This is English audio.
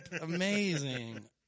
amazing